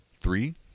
three